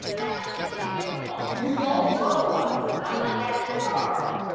i don't think she's beautiful! you don't? no! i'm not that into her.